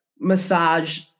massage